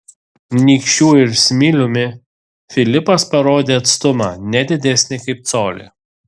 nykščiu ir smiliumi filipas parodė atstumą ne didesnį kaip colį